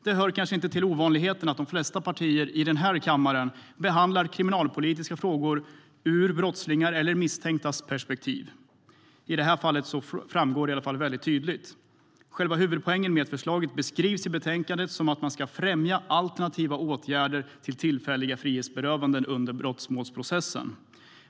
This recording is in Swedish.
Det hör kanske inte till ovanligheten att de flesta partier i den här kammaren behandlar kriminalpolitiska frågor ur brottslingars eller misstänktas perspektiv. I det här fallet framgår det hur som helst väldigt tydligt. Själva huvudpoängen med förslaget beskrivs i betänkandet som att man ska främja alternativa åtgärder till tillfälliga frihetsberövanden under brottmålsprocessen.